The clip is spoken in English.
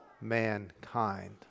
mankind